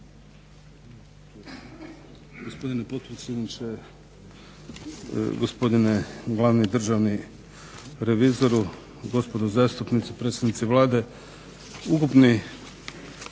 Gospodine potpredsjedniče, gospodine glavni državni revizoru, gospodo zastupnici, predstavnici Vlade. Ukupni